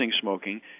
smoking